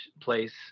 place